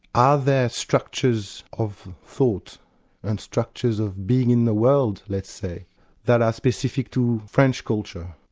are there structures of thought and structures of being in the world, let's say that are specific to french culture,